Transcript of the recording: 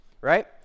right